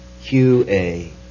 Q-A